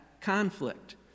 conflict